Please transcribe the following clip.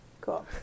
Cool